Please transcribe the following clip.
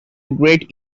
great